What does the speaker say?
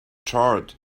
charred